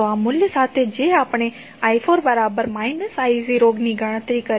તો આ મૂલ્ય સાથે જે આપણે i4 I0ની ગણતરી કરી